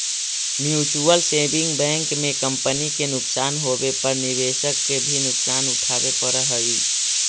mutual saving bank में company के नुकसान होवे पर निवेशक के भी नुकसान उठावे पड़ऽ हइ